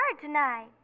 tonight